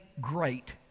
great